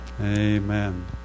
amen